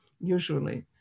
usually